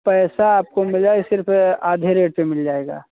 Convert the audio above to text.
पैसा आपको मिला है सिर्फ आधे रेट में मिल जाएगा